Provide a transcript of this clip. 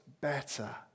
better